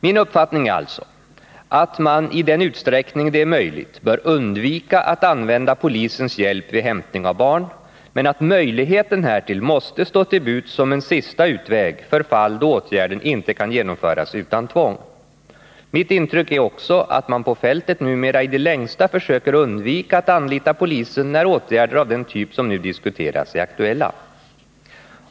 Min uppfattning är alltså att man i den utsträckning det är möjligt bör undvika att använda polisens hjälp vid hämtning av barn men att möjligheten härtill måste stå till buds som en sista utväg för fall då åtgärden inte kan genomföras utan tvång. Mitt intryck är också att man på fältet numera i det längsta försöker undvika att anlita polisen när åtgärder av den typ som nu diskuteras är aktuella.